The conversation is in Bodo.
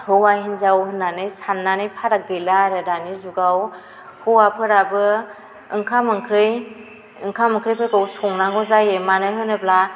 हौवा हिन्जाव होननानै साननानै फाराग गैला आरो दानि जुगाव हौवाफोराबो ओंखाम ओंख्रि ओंखाम ओंख्रिफोरखौ संनांगौ जायो मानो होनोब्ला